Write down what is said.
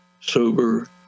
sober